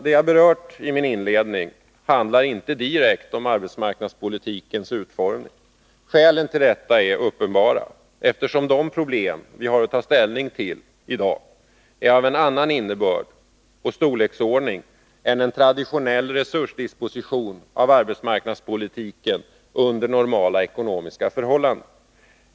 Det jag inledningsvis berört handlar inte direkt om arbetsmarknadspolitikens utformning. Skälen till detta är uppenbara. De problem som vi har att ta ställning till i dag är av en annan innebörd och storleksordning än en traditionell resursdisposition av arbetsmarknadspolitiken under normala ekonomiska förhållanden.